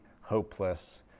hopeless